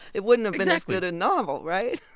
it wouldn't have been as good a novel, right?